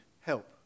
help